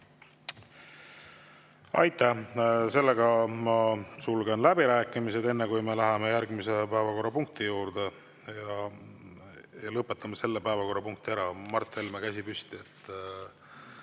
Aitäh! Aitäh! Sulgen läbirääkimised. Enne, kui me läheme järgmise päevakorrapunkti juurde ja lõpetame selle päevakorrapunkti ära, Mart Helme, käsi püsti,